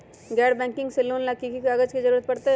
गैर बैंकिंग से लोन ला की की कागज के जरूरत पड़तै?